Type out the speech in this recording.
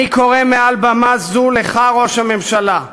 אני קורא מעל במה זו לך, ראש הממשלה: